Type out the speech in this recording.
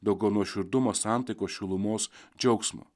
daugiau nuoširdumo santaikos šilumos džiaugsmo